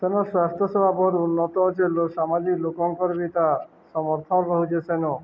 ତନ ସ୍ୱାସ୍ଥ୍ୟ ସେବା ବହୁ ଉନ୍ନତ ଅଛିଲ ସାମାଜିକ ଲୋକଙ୍କର ବି ତା ସମର୍ଥନ ରହୁଚେ ସେନ